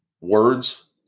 words